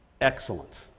Excellent